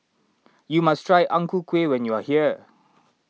you must try Ang Ku Kueh when you are here